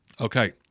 Okay